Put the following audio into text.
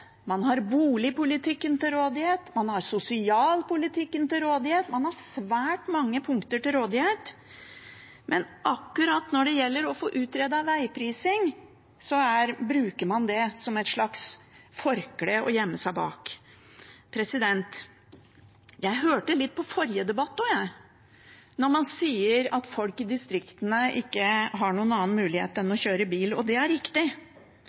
man har svært mye til rådighet. Men akkurat når det gjelder å få utredet vegprising, bruker man det som et slags forkle å gjemme seg bak. Jeg hørte litt på forrige debatt også, da man sa at folk i distriktene ikke har noen annen mulighet enn å kjøre bil. Det er riktig. Og det blir ikke bedre av at man lar ekspressbussene få skumme fløten av de rutene som er